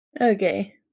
Okay